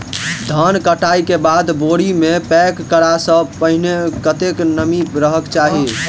धान कटाई केँ बाद बोरी मे पैक करऽ सँ पहिने कत्ते नमी रहक चाहि?